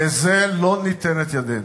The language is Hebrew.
לזה לא ניתן את ידנו.